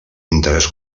interès